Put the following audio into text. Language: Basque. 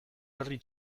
herri